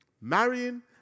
marrying